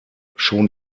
schon